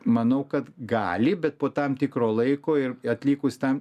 manau kad gali bet po tam tikro laiko ir atlikus tą